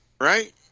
Right